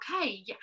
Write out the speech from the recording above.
okay